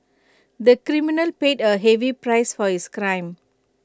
the criminal paid A heavy price for his crime